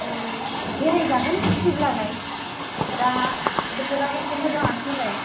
बेरायजागोन फैब्लालाय दा बोथोरा एसे मोजाङानो फैबाय